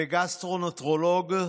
וגסטרואנטרולוג,